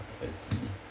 I see